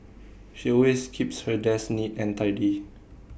she always keeps her desk neat and tidy